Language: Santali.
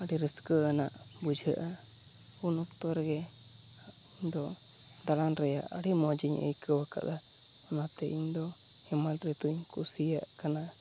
ᱟᱹᱰᱤ ᱨᱟᱹᱥᱠᱟᱹᱣᱟᱱᱟᱜ ᱵᱩᱡᱷᱟᱹᱜᱼᱟ ᱩᱱ ᱚᱠᱛᱚᱨᱮᱜᱮ ᱤᱧᱫᱚ ᱫᱟᱬᱟᱱ ᱨᱮᱭᱟᱜ ᱟᱹᱰᱤ ᱢᱚᱡᱤᱧ ᱟᱹᱭᱠᱟᱹᱣ ᱟᱠᱟᱫᱟ ᱚᱱᱟᱛᱮ ᱤᱧᱫᱚ ᱦᱮᱢᱟᱞ ᱨᱤᱛᱩᱧ ᱠᱩᱥᱤᱭᱟᱜ ᱠᱟᱱᱟ